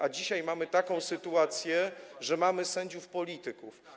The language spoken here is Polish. A dzisiaj mamy taką sytuację, że mamy sędziów polityków.